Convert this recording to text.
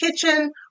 kitchen